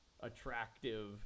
attractive